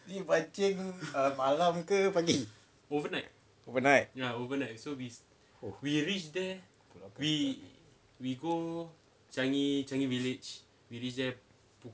ni pancing malam ke pagi overnight oh